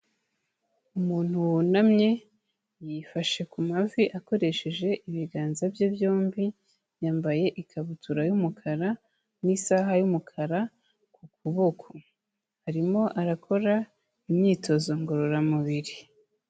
Umuntu wunamye yifashe ku mavi akoresheje ibiganza bye byombi, yambaye ikabutura y'umukara n'isaha y'umukara ku kuboko. Arimo arakora imyitozo ngororamubiri.